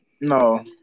No